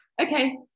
okay